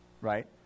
right